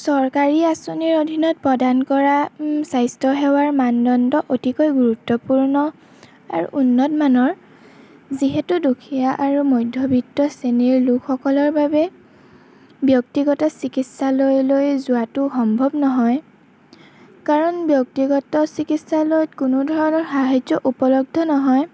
চৰকাৰী আচনিৰ অধীনত প্ৰদান কৰা স্বাস্থ্যসেৱাৰ মানদণ্ড অতিকৈ গুৰুত্বপূৰ্ণআৰু উন্নতমানৰ যিহেতু দুখীয়া আৰু মধ্যবিত্ত শ্ৰেণীৰ লোকসকলৰ বাবে ব্যক্তিগত চিকিৎসালয়লৈ যোৱাটো সম্ভৱ নহয় কাৰণ ব্যক্তিগত চিকিৎসালয়ত কোনো ধৰণৰ সাহাৰ্য উপলব্ধ নহয়